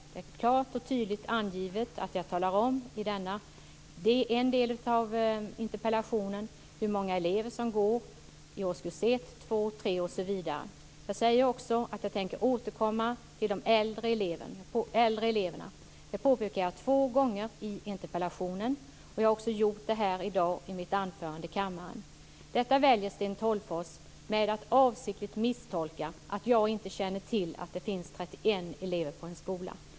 Där framgår klart och tydligt att jag i en del av interpellationen talar om hur många elever som går i årskurserna 1, 2, 3 osv. Jag säger också att jag tänker återkomma till de äldre eleverna. Detta påpekar jag två gånger i interpellationen och jag har också gjort det i dag i mitt anförande här i kammaren. Detta väljer Sten Tolgfors att avsiktligt misstolka att jag inte känner till att det finns 31 elever på en skola.